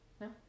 No